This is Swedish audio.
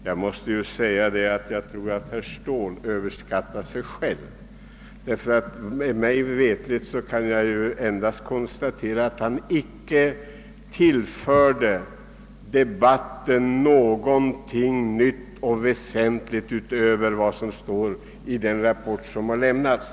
Jag tror att herr Ståhl över skattar sig själv, ty såvitt jag kunde finna tillförde herr Ståhl inte debatten något nytt utöver vad som står i den rapport som lämnats.